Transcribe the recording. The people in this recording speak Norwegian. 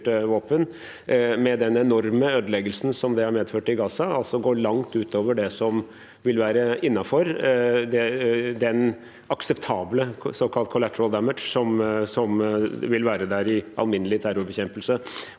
med den enorme ødeleggelsen som det har medført i Gaza, altså går langt utover det som vil være innenfor den akseptable såkalte «collateral damage», som vil være der i alminnelig terrorbekjempelse.